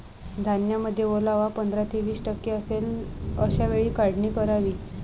धान्यामध्ये ओलावा पंधरा ते वीस टक्के असेल अशा वेळी काढणी करावी